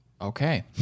okay